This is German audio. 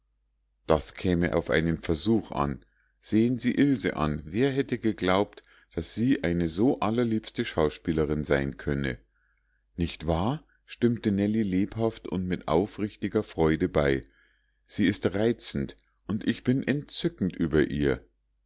das käme auf einen versuch an sehen sie ilse an wer hätte geglaubt daß sie eine so allerliebste schauspielerin sein könne nicht wahr stimmte nellie lebhaft und mit aufrichtiger freude bei sie ist reizend und ich bin entzückend über ihr